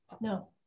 no